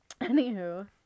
anywho